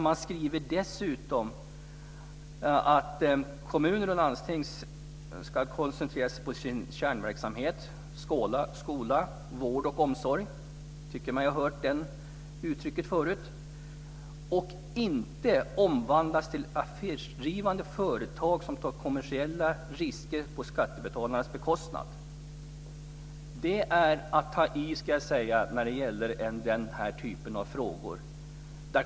Man skriver dessutom att kommuner och landsting ska koncentrera sig på sin kärnverksamhet: skola, vård och omsorg. Jag tycker mig ha hört det uttrycket förut. De ska inte omvandlas till affärsdrivande företag som tar kommersiella risker på skattebetalarnas bekostnad. Det är att ta i när det gäller den här typen av frågor.